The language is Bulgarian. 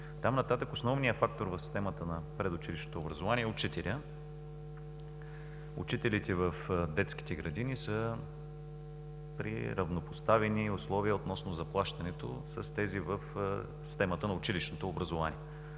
Оттам нататък основният фактор в системата на предучилищното образование е учителят. Учителите в детските градини са при равнопоставени условия относно заплащането с тези в системата на училищното образование.